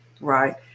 Right